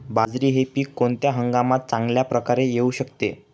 बाजरी हे पीक कोणत्या हंगामात चांगल्या प्रकारे येऊ शकते?